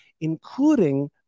including